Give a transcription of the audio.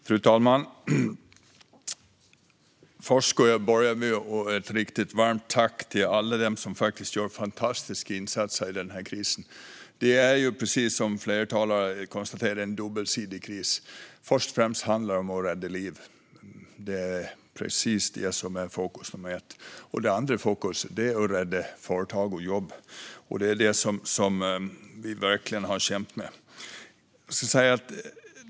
Fru talman! Jag ska börja med att rikta ett riktigt varmt tack till alla dem som gör fantastiska insatser under den här krisen. Precis som flera talare har konstaterat är det en dubbelsidig kris. Först och främst handlar det om att rädda liv. Det är fokus nummer ett. Fokus nummer två är att rädda företag och jobb. Det är det som vi verkligen kämpar med.